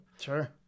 sure